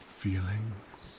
feelings